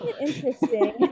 Interesting